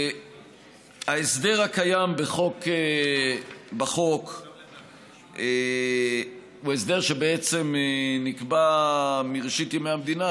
ההסדר הקיים בחוק הוא הסדר שבעצם נקבע מראשית ימי המדינה,